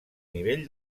nivell